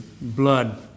blood